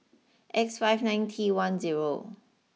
X five nine T one zero